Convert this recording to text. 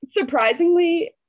surprisingly